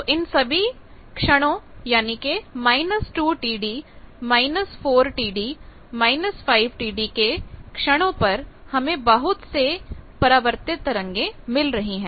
तो इन सभी 2Td 4Td 5Td क्षणों पर हमें बहुत से परिवर्तित तरंगे मिल रहे हैं